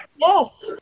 Yes